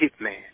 hitman